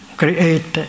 create